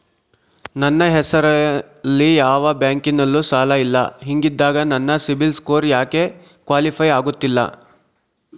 ನನ್ನ ಹೆಸರಲ್ಲಿ ಯಾವ ಬ್ಯಾಂಕಿನಲ್ಲೂ ಸಾಲ ಇಲ್ಲ ಹಿಂಗಿದ್ದಾಗ ನನ್ನ ಸಿಬಿಲ್ ಸ್ಕೋರ್ ಯಾಕೆ ಕ್ವಾಲಿಫೈ ಆಗುತ್ತಿಲ್ಲ?